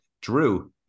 drew